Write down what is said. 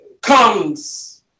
comes